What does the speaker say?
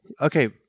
Okay